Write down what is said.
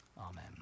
Amen